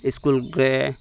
school ᱨᱮ